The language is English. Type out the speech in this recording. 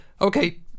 okay